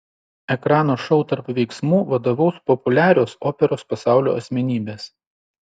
ekrano šou tarp veiksmų vadovaus populiarios operos pasaulio asmenybės